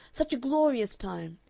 such a glorious time!